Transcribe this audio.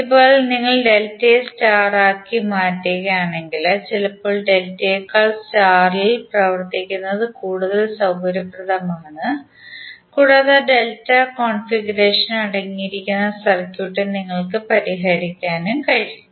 ഇപ്പോൾ നിങ്ങൾ ഡെൽറ്റയെ സ്റ്റാർ ആക്കി മാറ്റുകയാണെങ്കിൽ ചിലപ്പോൾ ഡെൽറ്റയേക്കാൾ സ്റ്റാർ ഇൽ പ്രവർത്തിക്കുന്നത് കൂടുതൽ സൌകര്യപ്രദമാണ് കൂടാതെ ഡെൽറ്റ കോൺഫിഗറേഷൻ അടങ്ങിയിരിക്കുന്ന സർക്യൂട്ട് നിങ്ങൾക്ക് പരിഹരിക്കാനും കഴിയും